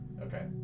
Okay